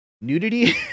nudity